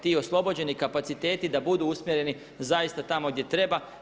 Ti oslobođeni kapaciteti da budu usmjereni zaista tamo gdje treba.